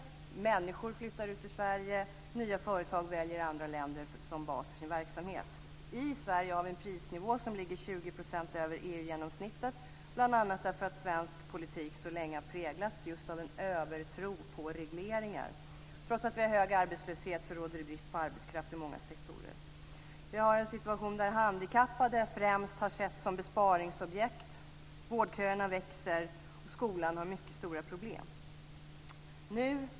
Människor flyttar ut ur Sverige. Nya företag väljer andra länder som bas för sin verksamhet. I Sverige ligger prisnivån 20 % över EU-genomsnittet, bl.a. därför att svensk politik så länge har präglats av en övertro på regleringar. Trots att vi har hög arbetslöshet råder det brist på arbetskraft i många sektorer. Vi har en situation där handikappade främst har setts som besparingsobjekt. Vårdköerna växer, och skolan har mycket stora problem.